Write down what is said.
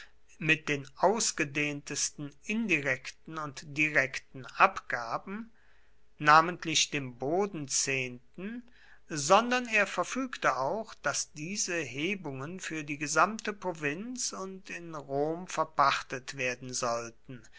mit den ausgedehntesten indirekten und direkten abgaben namentlich dem bodenzehnten sondern er verfügte auch daß diese hebungen für die gesamte provinz und in rom verpachtet werden sollten